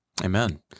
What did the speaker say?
Amen